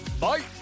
Bye